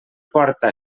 porta